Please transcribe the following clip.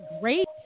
great